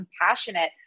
compassionate